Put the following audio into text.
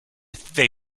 they